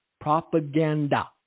Propaganda